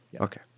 Okay